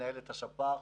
מנהלת השפ"ח.